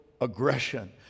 aggression